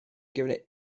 give